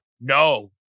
No